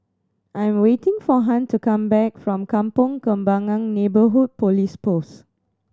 I am waiting for Hunt to come back from Kampong Kembangan Neighbourhood Police Post